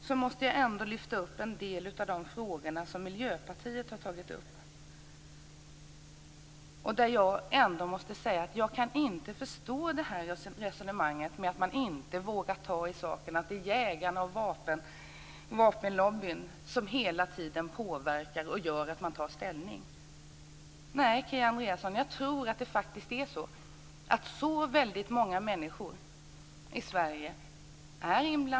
Jag måste lyfta upp en del av de frågor som Miljöpartiet har tagit upp. Jag kan inte förstå resonemanget om att man inte vågar ta i saken och att det är jägarna och vapenlobbyn som hela tiden påverkar och gör att man tar ställning. Nej, Kia Andreasson, jag tror faktiskt att väldigt många människor är inblandade i detta.